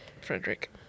Frederick